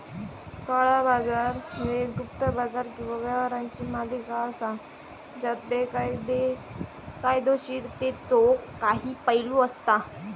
काळा बाजार ह्यो एक गुप्त बाजार किंवा व्यवहारांची मालिका असा ज्यात बेकायदोशीरतेचो काही पैलू असता